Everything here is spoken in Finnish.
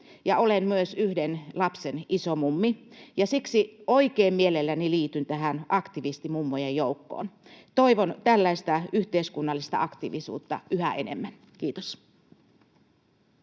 olen myös yhden lapsen isomummi, ja siksi oikein mielelläni liityn tähän aktivistimummojen joukkoon. Toivon tällaista yhteiskunnallista aktiivisuutta yhä enemmän. — Kiitos.